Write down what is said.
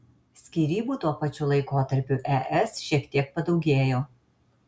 skyrybų tuo pačiu laikotarpiu es šiek tiek padaugėjo